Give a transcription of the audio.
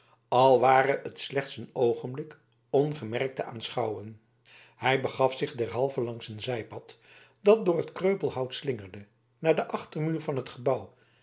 al ware het slechts een oogenblik ongemerkt te aanschouwen hij begaf zich derhalve langs een zijpad dat door het kreupelhout slingerde naar den achtermuur van het gebouw